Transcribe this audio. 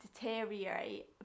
deteriorate